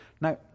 Now